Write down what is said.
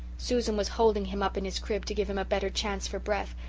susan was holding him up in his crib to give him a better chance for breath,